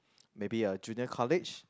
maybe a Junior College